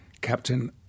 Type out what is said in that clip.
Captain